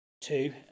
two